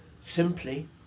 simply